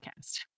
podcast